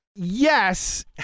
Yes